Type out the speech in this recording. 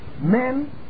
men